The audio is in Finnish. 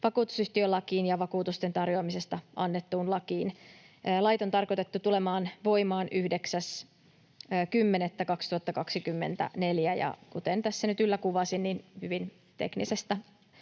vakuutusyhtiölakiin ja vakuutusten tarjoamisesta annettuun lakiin. Lait on tarkoitettu tulemaan voimaan 9.10.2024, ja kuten tässä nyt yllä kuvasin, hyvin teknisestä